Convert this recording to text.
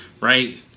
right